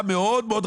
אם כן, מה אתם רוצים?